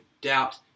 doubt